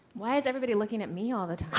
why is everybody looking at me all the